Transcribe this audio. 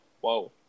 whoa